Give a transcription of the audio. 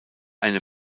eine